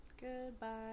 Goodbye